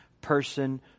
person